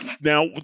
Now